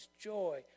joy